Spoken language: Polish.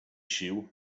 sił